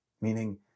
Meaning